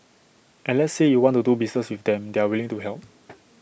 and let's say you want to do business with them they're willing to help